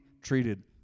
treated